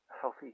healthy